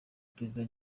perezida